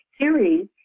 series